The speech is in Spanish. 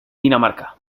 dinamarca